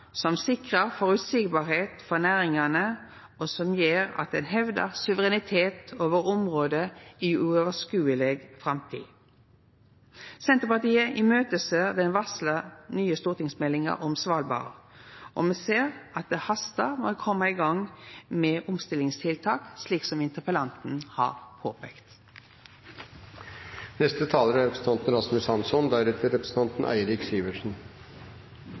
som sikrar at det er føreseieleg for næringane, og som gjer at ein hevdar suverenitet over området i uoverskodeleg framtid. Senterpartiet ser i møte den varsla nye stortingsmeldinga om Svalbard, og me ser at det hastar med å koma i gang med omstillingstiltak, slik som interpellanten har